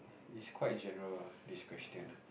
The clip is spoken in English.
it's quite general ah this question ah